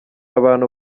abantu